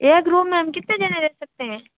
एक रूम में हम कितने जने रह सकते हैं